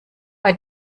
bei